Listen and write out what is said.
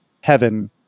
heaven